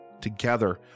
Together